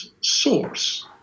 source